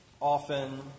often